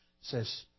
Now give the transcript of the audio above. says